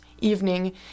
evening